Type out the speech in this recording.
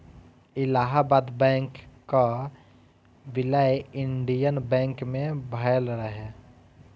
Allahabad Bank कअ विलय Indian Bank मे भयल रहे